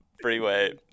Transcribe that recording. freeway